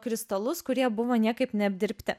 kristalus kurie buvo niekaip neapdirbti